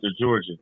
Georgia